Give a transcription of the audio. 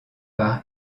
par